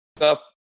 up